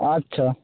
আচ্ছা